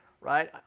Right